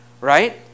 right